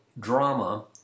drama